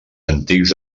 antics